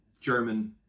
German